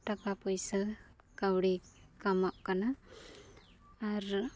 ᱴᱟᱠᱟ ᱯᱩᱭᱥᱟᱹ ᱠᱟᱹᱣᱲᱤ ᱠᱟᱢᱟᱜ ᱠᱟᱱᱟ ᱟᱨ